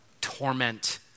torment